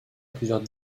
plusieurs